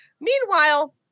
Meanwhile